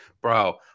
bro